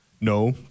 No